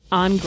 on